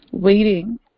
Waiting